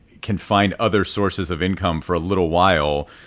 can find other sources of income for a little while,